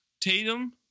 Tatum